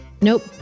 Nope